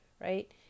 right